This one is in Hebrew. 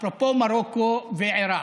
אפרופו מרוקו ועיראק,